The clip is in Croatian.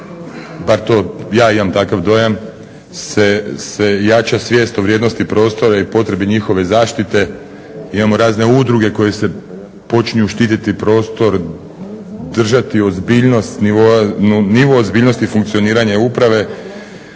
bar to ja imam takav dojam, se jača svijest o vrijednosti prostora i potrebi njihove zaštite. Imamo razne udruge koje se počinju štititi prostor, držati nivo ozbiljnosti funkcioniranja uprave